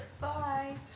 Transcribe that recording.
Bye